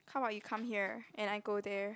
how about you come here and I go there